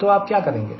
तो आप क्या करेंगे